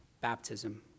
baptism